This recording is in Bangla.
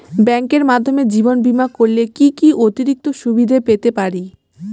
ব্যাংকের মাধ্যমে জীবন বীমা করলে কি কি অতিরিক্ত সুবিধে পেতে পারি?